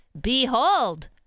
Behold